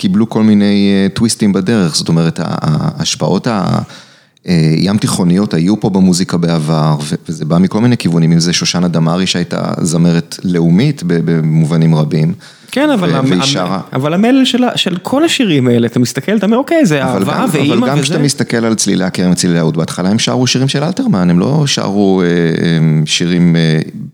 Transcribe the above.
קיבלו כל מיני טוויסטים בדרך, זאת אומרת, ההשפעות הים תיכוניות היו פה במוזיקה בעבר, וזה בא מכל מיני כיוונים, אם זה שושנה דמארי שהייתה זמרת לאומית במובנים רבים. כן, אבל המלל של כל השירים האלה, אתה מסתכל, אתה אומר, אוקיי, זו ההברה, ואימא, וזה... אבל גם כשאתה מסתכל על צלילי הכרם, צלילי העוד, בהתחלה הם שרו שירים של אלתרמן, הם לא שרו שירים...